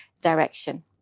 direction